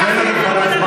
אין הגבלת זמן